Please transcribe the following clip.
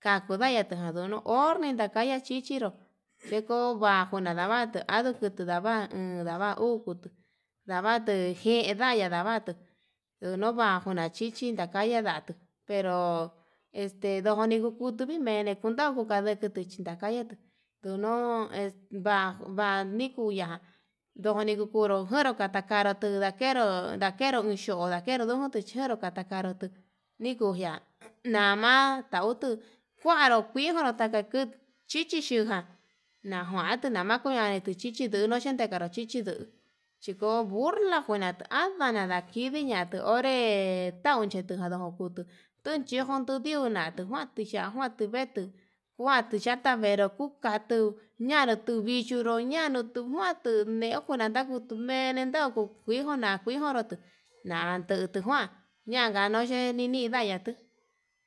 kakudayatu kuno ornikaya chijiró, chekuu kunu ndatu ano kutu ndavatu ndava uno njutu ndavtu jaya'a ndavatu unova njuna chichi ndakaiya ndatuu pero ndojoni kukutu ninene junta unda kutu chi ndakaya kunuu este va'a va'a nikuya ndoni njukuru kure natakayatu ndakero nuu xho'o ndakero nuu, tuu xhero ndatakaya tuu ninjuya nama tautu kuaru kinjuru takakuu chichi yuján najuantu nama kuya'a chichi yunuu xhekaro chichi nduu, oko'o burla amanada iñii atu onre tautu ndichi natuu ndojutu yundujutu tuna njuanti ya'a kuanti tuvetu kuan tu ya'ata venru tukatu ñanuu tuu vichonró ñatuu kuentu, meukuna takutume'e nentanguo kuii kakona njui niujunrutu nanjutu guan ñanka yo'o ne'e ninitu yanda tuu.